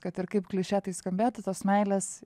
kad ir kaip klišė tai skambėtų tos meilės